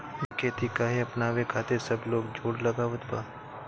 जैविक खेती काहे अपनावे खातिर सब लोग जोड़ लगावत बा?